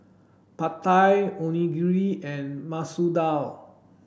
Pad Thai Onigiri and Masoor Dal